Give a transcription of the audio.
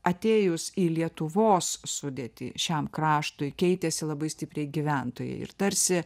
atėjus į lietuvos sudėtį šiam kraštui keitėsi labai stipriai gyventojai ir tarsi